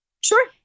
Sure